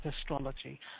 Astrology